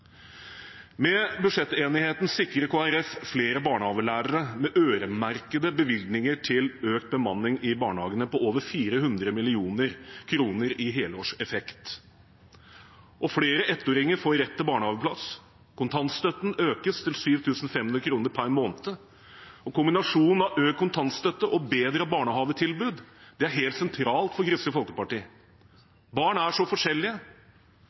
Med budsjettenigheten sikrer Kristelig Folkeparti flere barnehagelærere, med øremerkede bevilgninger til økt bemanning i barnehagene på over 400 mill. kr i helårseffekt, og flere ettåringer får rett til barnehageplass. Kontantstøtten økes til 7 500 kr per måned. Kombinasjonen av økt kontantstøtte og bedre barnehagetilbud er helt sentral for Kristelig Folkeparti. Barn er så forskjellige,